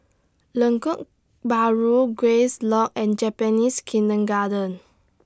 Lengkok Bahru Grace Lodge and Japanese Kindergarten